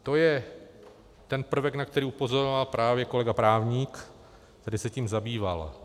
To je ten prvek, na který upozorňoval právě kolega právník, který se tím zabýval.